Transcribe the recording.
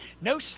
no